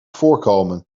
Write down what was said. voorkomen